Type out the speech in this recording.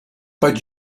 but